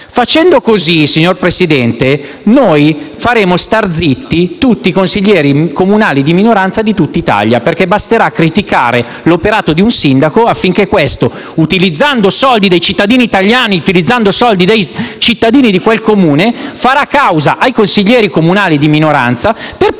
Facendo così, signor Presidente, noi faremo stare zitti tutti i consiglieri comunali di minoranza di tutt'Italia, perché basterà criticare l'operato di un sindaco affinché questo, utilizzando soldi dei cittadini di quel Comune, quindi di cittadini italiani, farà causa ai consiglieri comunali di minoranza per poi farli stare zitti, in modo da